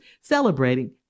celebrating